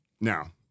now